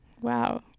wow